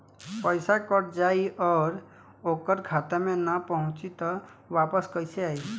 पईसा कट जाई और ओकर खाता मे ना पहुंची त वापस कैसे आई?